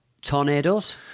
Tornadoes